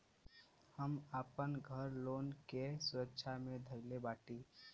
हम आपन घर लोन के सुरक्षा मे धईले बाटी